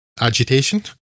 agitation